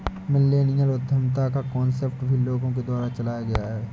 millennial उद्यमिता का concept भी लोगों के द्वारा चलाया गया है